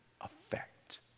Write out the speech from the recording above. effect